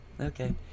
okay